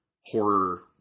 horror